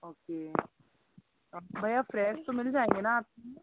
okay भैया fresh तो मिल जाएंगे ना